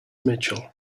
mitchell